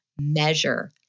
measure